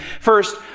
First